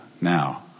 now